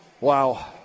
Wow